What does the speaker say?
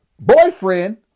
boyfriend